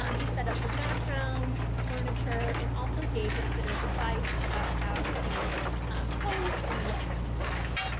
um he set up the background, the furniture, and also gave his sitters advice about how to pose and what to wear.